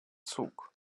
zug